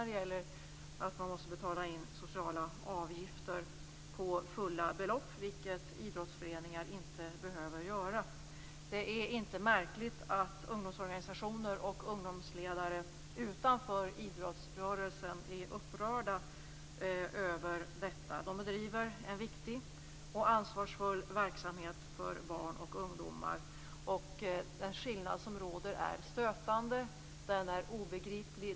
Det gäller att man måste betala in sociala avgifter på fulla belopp, något som idrottsföreningar inte behöver göra. Det är inte märkligt att ungdomsorganisationer och ungdomsledare utanför idrottsrörelsen är upprörda över detta. De bedriver en viktig och ansvarsfull verksamhet för barn och ungdomar. Den skillnad som finns är stötande. Den är obegriplig.